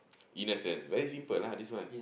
innocence very simple lah this one